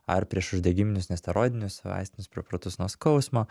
ar priešuždegiminius nesteroidinius vaistinius preparatus nuo skausmo